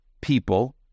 people